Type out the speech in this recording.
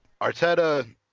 Arteta